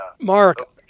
Mark